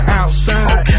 outside